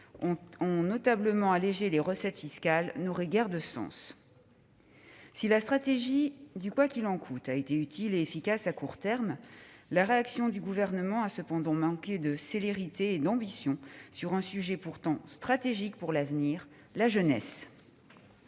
ont notablement allégé les recettes fiscales, n'aurait guère de sens. Si la stratégie du « quoi qu'il en coûte » a été utile et efficace à court terme, la réaction du Gouvernement a toutefois manqué de célérité et d'ambition, sur un sujet pourtant stratégique pour l'avenir : la jeunesse.